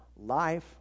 life